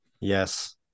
Yes